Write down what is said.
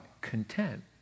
Content